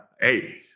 Hey